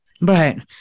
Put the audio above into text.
Right